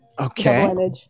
Okay